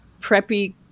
preppy